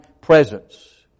presence